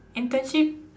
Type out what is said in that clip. internship